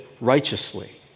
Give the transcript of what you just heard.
righteously